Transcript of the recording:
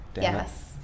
yes